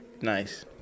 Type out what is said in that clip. nice